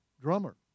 drummer